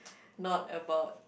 not about